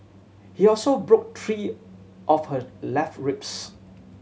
he also broke three of her left ribs